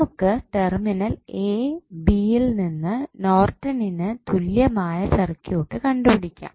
നമുക്ക് terminal A B യിൽ നോർട്ടണിന് തുല്യമായ സർക്യൂട്ട് കണ്ടുപിടിക്കാം